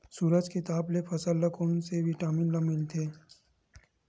सूरज के ताप ले फसल ल कोन ले विटामिन मिल थे?